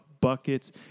buckets